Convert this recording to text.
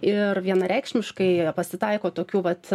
ir vienareikšmiškai pasitaiko tokių vat